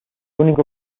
único